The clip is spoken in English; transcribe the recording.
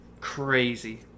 Crazy